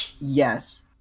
Yes